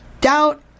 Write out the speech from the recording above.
doubt